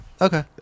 okay